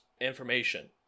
information